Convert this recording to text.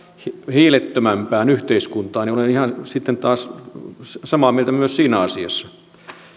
hiilettömämpään yhteiskuntaan olen sitten taas ihan samaa mieltä myös siinä asiassa olen